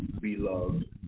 beloved